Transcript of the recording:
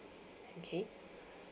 okay